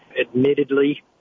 Admittedly